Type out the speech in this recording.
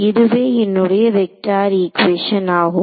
இதுவே என்னுடைய vector equation ஆகும்